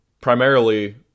Primarily